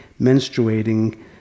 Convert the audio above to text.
menstruating